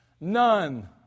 None